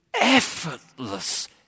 effortless